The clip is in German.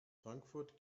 frankfurt